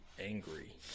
angry